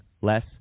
less